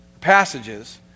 passages